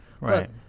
Right